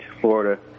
Florida